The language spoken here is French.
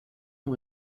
ont